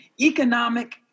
economic